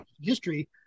history